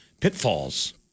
pitfalls